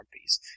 piece